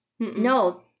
No